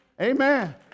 Amen